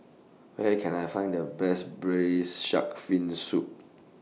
Where Can I Find The Best Braised Shark Fin Soup